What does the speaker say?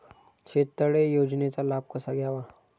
शेततळे योजनेचा लाभ कसा घ्यावा?